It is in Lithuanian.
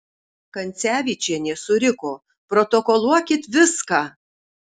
kancevyčienė suriko protokoluokit viską